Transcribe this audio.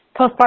postpartum